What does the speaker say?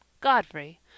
Godfrey